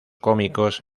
cómicos